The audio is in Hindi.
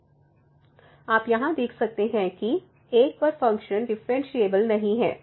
आप यहां देख सकते हैं कि 1 पर फंक्शन डिफ़्फ़रेनशियेबल नहीं है जो हमने अभी देखा है